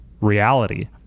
Reality